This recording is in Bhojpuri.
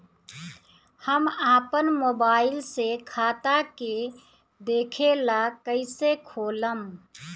हम आपन मोबाइल से खाता के देखेला कइसे खोलम?